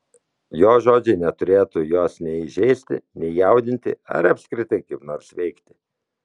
jo žodžiai neturėtų jos nei žeisti nei jaudinti ar apskritai kaip nors veikti